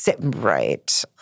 Right